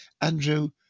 Andrew